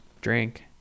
drink